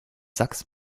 sachs